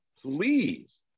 please